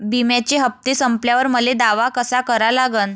बिम्याचे हप्ते संपल्यावर मले दावा कसा करा लागन?